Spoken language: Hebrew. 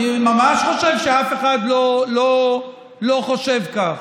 אני ממש חושב שאף אחד לא חושב כך.